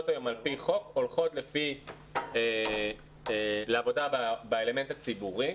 על פי חוק הולכות לעבודה באלמנט הציבורי.